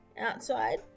outside